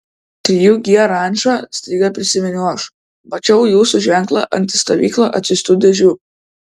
trijų g ranča staiga prisiminiau aš mačiau jūsų ženklą ant į stovyklą atsiųstų dėžių